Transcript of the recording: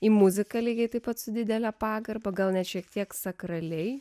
į muziką lygiai taip pat su didele pagarba gal net šiek tiek sakrali